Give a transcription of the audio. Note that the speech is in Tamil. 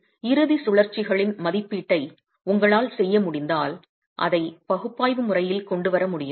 எனவே இறுதிச் சுழற்சிகளின் மதிப்பீட்டை உங்களால் செய்ய முடிந்தால் அதை பகுப்பாய்வு முறையில் கொண்டு வர முடியுமா